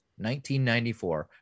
1994